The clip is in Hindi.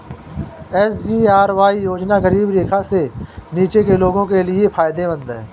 एस.जी.आर.वाई योजना गरीबी रेखा से नीचे के लोगों के लिए फायदेमंद है